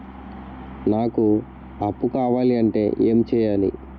నాకు అప్పు కావాలి అంటే ఎం చేయాలి?